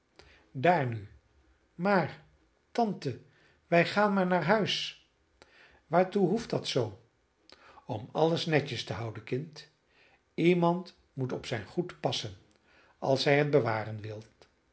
daar nu maar tante wij gaan maar naar huis waartoe hoeft dat zoo om alles netjes te houden kind iemand moet op zijn goed passen als hij het bewaren wil